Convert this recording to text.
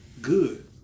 Good